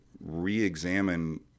re-examine